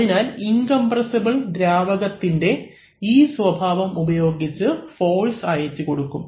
അതിനാൽ ഇൻകംപ്രെസ്സിബിൽ ദ്രാവക ത്തിൻറെ ഈ സ്വഭാവം ഉപയോഗിച്ച് ഫോഴ്സ് അയച്ചുകൊടുക്കും